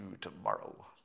tomorrow